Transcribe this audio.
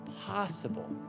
possible